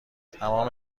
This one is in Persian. تمام